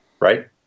right